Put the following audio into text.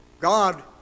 God